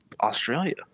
Australia